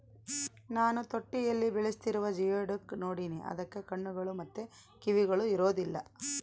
ನಾನು ತೊಟ್ಟಿಯಲ್ಲಿ ಬೆಳೆಸ್ತಿರುವ ಜಿಯೋಡುಕ್ ನೋಡಿನಿ, ಅದಕ್ಕ ಕಣ್ಣುಗಳು ಮತ್ತೆ ಕಿವಿಗಳು ಇರೊದಿಲ್ಲ